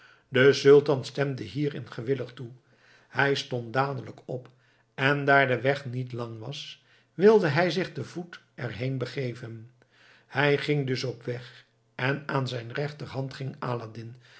de sultan stemde hierin gewillig toe hij stond dadelijk op en daar de weg niet lang was wilde hij zich te voet er heen begeven hij ging dus op weg en aan zijn rechterhand ging aladdin